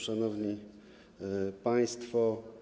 Szanowni Państwo!